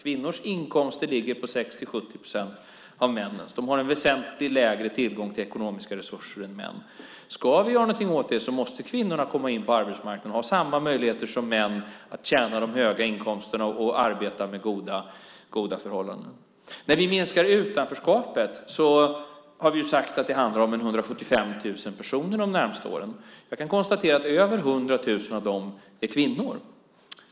Kvinnors inkomster ligger på 60-70 procent av männens. De har en väsentligt mindre tillgång till ekonomiska resurser än vad män har. Ska vi göra någonting åt det måste kvinnorna komma in på arbetsmarknaden och ha samma möjligheter som män att ha de stora inkomsterna och arbeta under goda förhållanden. När vi minskar utanförskapet har vi sagt att det handlar om ca 175 000 personer under de närmaste åren. Jag kan konstatera att över 100 000 av dem är kvinnor.